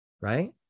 right